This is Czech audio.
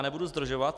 Nebudu zdržovat.